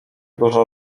dużo